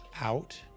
out